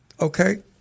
Okay